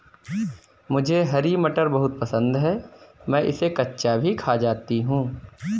मुझे हरी मटर बहुत पसंद है मैं इसे कच्चा भी खा जाती हूं